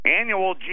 annual